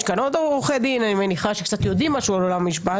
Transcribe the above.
יש כאן עוד עורכי דין ואני מניחה שקצת יודעים משהו על עולם המשפט